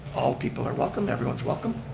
all people are welcome, everyone's welcome.